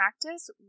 practice